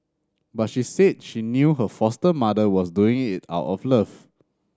but she said she knew her foster mother was doing it out of love